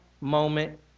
moment